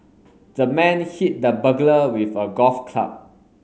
the man hit the burglar with a golf club